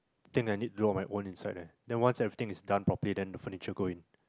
thing that I need to do on my own inside right then once everything is done properly then the furniture go in